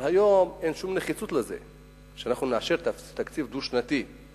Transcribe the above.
אבל היום אין שום נחיצות לאישור תקציב דו-שנתי.